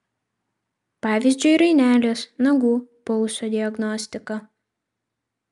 pavyzdžiui rainelės nagų pulso diagnostika